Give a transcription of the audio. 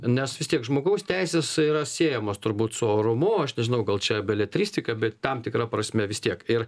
nes vis tiek žmogaus teisės yra siejamos turbūt su orumu aš nežinau gal čia beletristika bet tam tikra prasme vis tiek ir